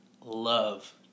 Love